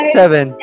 seven